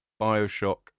Bioshock